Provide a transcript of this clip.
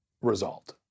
result